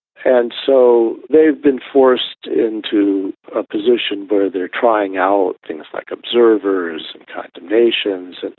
and so they've been forced into a position where they're trying out things like observers and condemnations.